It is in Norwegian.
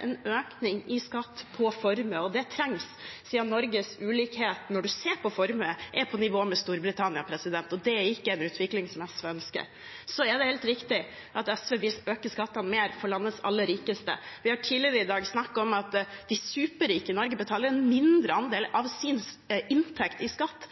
en økning i skatt på formue. Det trengs siden Norges ulikhet når man ser på formue, er på nivå med Storbritannias. Og det er ikke en utvikling som SV ønsker. Så er det helt riktig at SV vil øke skattene mer for landets aller rikeste. Vi har tidligere i dag snakket om at de superrike i Norge betaler en mindre andel av sin inntekt i skatt